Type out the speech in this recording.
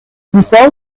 before